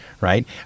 right